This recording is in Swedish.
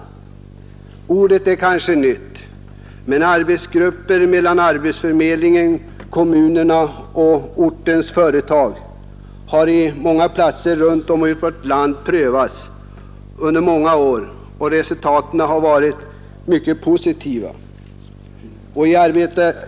Själva ordet är kanske nytt, men arbetsgrupper med representanter för arbetsförmedlingen, kommunerna och ortens företag har på många platser runt om i vårt land prövats under flera år med mycket positiva resultat.